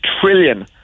trillion